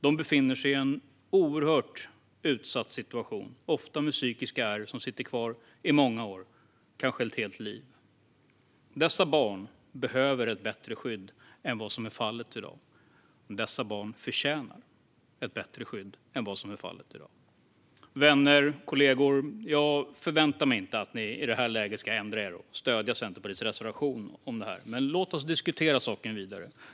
De befinner sig i en oerhört utsatt situation och får ofta psykiska ärr som sitter kvar i många år, kanske ett helt liv. Dessa barn behöver ett bättre skydd än vad som är fallet i dag. Dessa barn förtjänar ett bättre skydd än vad som är fallet i dag. Vänner! Kollegor! Jag förväntar mig inte att ni i detta läge ska ändra er och stödja Centerpartiets reservation om detta. Men låt oss diskutera saken vidare.